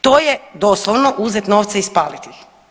To je doslovno uzet novce i spaliti ih.